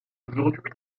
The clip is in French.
aujourd’hui